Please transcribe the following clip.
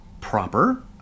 proper